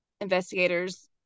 investigators